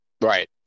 Right